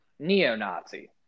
neo-nazi